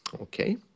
okay